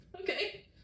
Okay